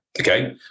Okay